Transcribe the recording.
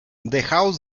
dejaos